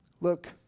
Look